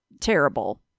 terrible